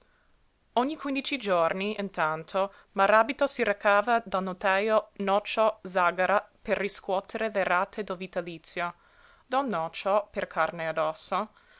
ogni quindici giorni intanto maràbito si recava dal notajo nocio zàgara per riscuotere le rate del vitalizio don nocio per carne addosso